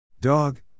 Dog